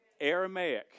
Aramaic